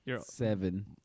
Seven